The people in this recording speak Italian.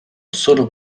solo